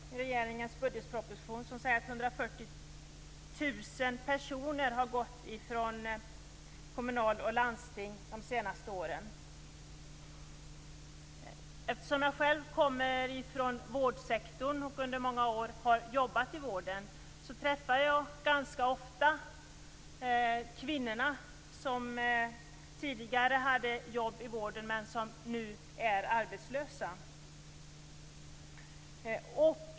I regeringens budgetproposition finns statistik som säger att 140 000 personer har fått gå ifrån kommuner och landsting de senaste åren. Eftersom jag själv kommer ifrån vårdsektorn och under många år har jobbat i vården, träffar jag ganska ofta kvinnor som tidigare hade jobb i vården men som nu är arbetslösa.